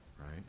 right